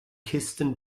kisten